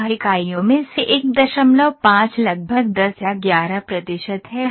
14 इकाइयों में से 15 लगभग 10 या 11 प्रतिशत है